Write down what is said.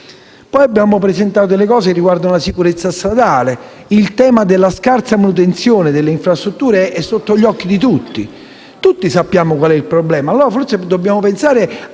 temi. Abbiamo poi avanzato proposte riguardo alla sicurezza stradale: il tema della scarsa manutenzione delle infrastrutture è sotto gli occhi di tutti. Tutti infatti sappiamo qual è il problema. E allora, forse, dobbiamo pensare